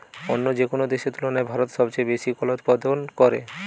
অন্য যেকোনো দেশের তুলনায় ভারত সবচেয়ে বেশি কলা উৎপাদন করে